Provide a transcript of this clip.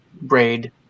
braid